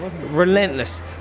relentless